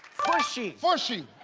fushy. fushy.